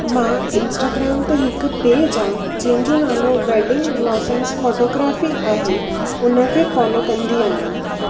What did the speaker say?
मां इंस्टाग्राम ते हिकु पेज आहे जंहिंजो नालो वेडिंग ब्लॉसम्स फ़ोटोग्राफ़ी आहे हुनखे फ़ॉलो कंदी आहियां